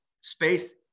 space